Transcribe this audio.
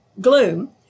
gloom